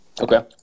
Okay